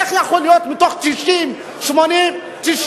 איך יכול להיות שמתוך 80, 90,